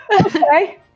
Okay